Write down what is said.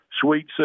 Sweet